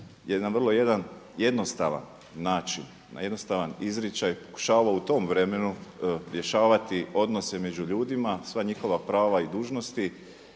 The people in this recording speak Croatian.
vrlo jednostavan način, na jednostavan izričaj pokušava u tom vremenu rješavati odnose među ljudima, sva njihova prava i dužnosti.